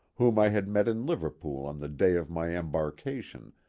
whom i had met in liverpool on the day of my embarkation,